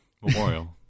Memorial